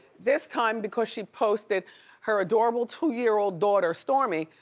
this time because she posted her adorable two-year-old daughter, stormi,